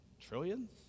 Trillions